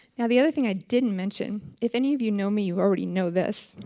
now the other thing i didn't mention, if any of you know me, you already know this